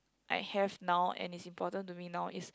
I have now and is important to me now is